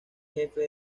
jefe